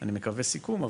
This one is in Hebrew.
אני מקווה סיכום.